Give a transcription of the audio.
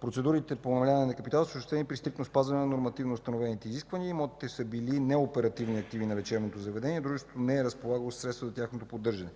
Процедурите по намаляване на капитала са осъществени при стриктно спазване на нормативно установените изисквания и имотите са били неоперативни активи на лечебното заведение, а дружеството не е разполагало със средства за тяхното поддържане.